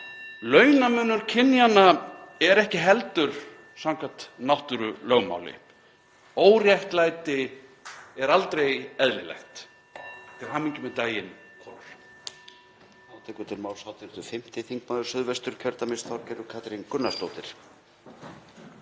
Launamunur kynjanna er ekki heldur samkvæmt náttúrulögmáli. Óréttlæti er aldrei eðlilegt. — Til hamingju með daginn, konur.